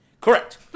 Correct